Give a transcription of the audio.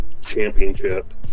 championship